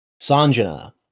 Sanjana